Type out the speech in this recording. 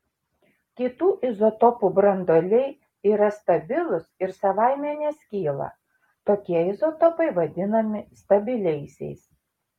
kitų izotopų branduoliai yra stabilūs ir savaime neskyla tokie izotopai vadinami stabiliaisiais